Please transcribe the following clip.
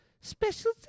special